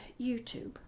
YouTube